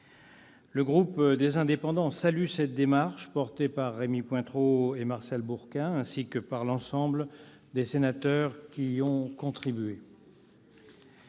Le groupe Les Indépendants salue cette démarche, portée par Rémy Pointereau et Martial Bourquin, ainsi que par l'ensemble des sénateurs qui y ont contribué.